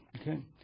Okay